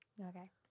Okay